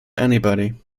anybody